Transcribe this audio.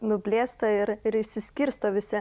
nublėsta ir ir išsiskirsto visi